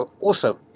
Awesome